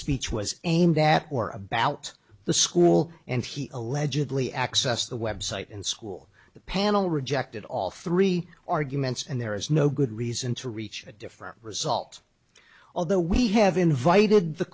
speech was aimed at or about the school and he allegedly access the web site in school the panel rejected all three arguments and there is no good reason to reach a different result although we have invited the